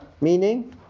meaning